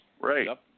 Right